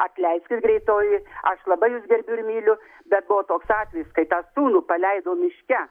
atleiskit greitoji aš labai jus gerbiu ir myliu be buvo toks atvejis kai tą sūnų paleido miške